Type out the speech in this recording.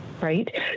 right